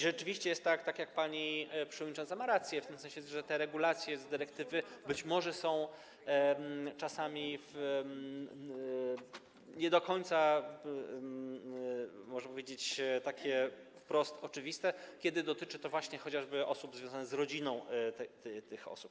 Rzeczywiście jest tak, pani przewodnicząca ma rację w tym sensie, że te regulacje dyrektywy być może są czasami nie do końca, można powiedzieć, takie wprost oczywiste, kiedy dotyczy to chociażby osób związanych z rodziną tych osób.